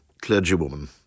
clergywoman